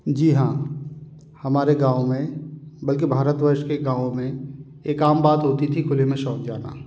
जी हाँ हमारे गाँव में बल्कि भारत वर्ष के गाँव में एक आम बात होती थी खुले में शौच जाना